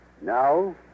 Now